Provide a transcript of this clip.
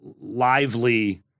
lively